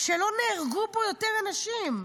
שלא נהרגו בו יותר אנשים,